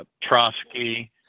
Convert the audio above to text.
Trotsky